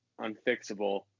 unfixable